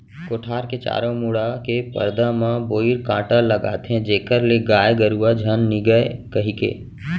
कोठार के चारों मुड़ा के परदा म बोइर कांटा लगाथें जेखर ले गाय गरुवा झन निगय कहिके